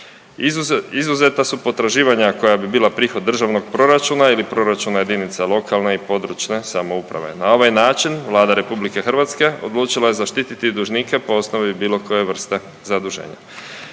Izuzeta su potraživanja koja bi bila prihod državnog proračuna ili proračuna jedinica lokalne i područne samouprave. Na ovaj način Vlada Republike Hrvatske odlučila je zaštititi dužnike po osnovi bilo koje vrste zaduženja.